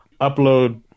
upload